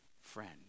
friend